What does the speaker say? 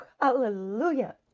Hallelujah